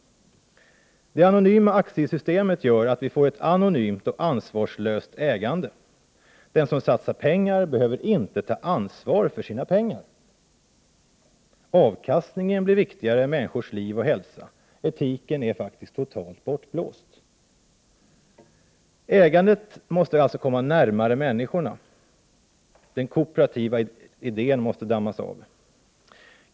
Det anonyma aktiesystemet gör att vi får ett anonymt och ansvarslöst ägande. Den som satsar pengar behöver inte ta ansvar för sina pengar. Avkastningen blir viktigare än männniskors liv och hälsa. Etiken är faktiskt totalt bortblåst. Ägandet måste alltså komma närmare människorna. Den kooperativa idén måste dammas av.